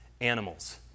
animals